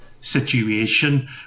situation